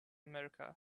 america